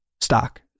stock